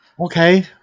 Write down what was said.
Okay